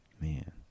Man